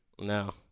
No